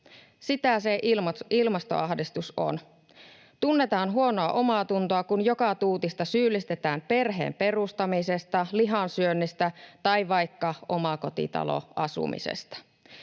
Sitä se ilmastoahdistus on: tunnetaan huonoa omaatuntoa, kun joka tuutista syyllistetään perheen perustamisesta, lihansyönnistä tai vaikka omakotitaloasumisesta.